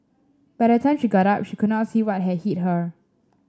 by the time she got up she could not see what had hit her